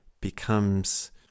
becomes